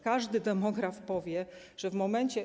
Każdy demograf powie, że w momencie.